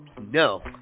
No